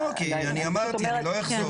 לא כי אני אמרתי, אני לא אחזור.